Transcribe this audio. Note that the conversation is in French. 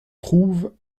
trouve